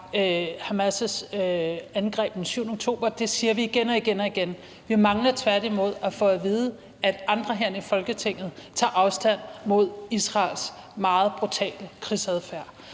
Hamas' angreb den 7. oktober. Det siger vi igen og igen. Vi mangler tværtimod at få at vide, at andre herinde i Folketinget tager afstand fra Israels meget brutale krigsadfærd.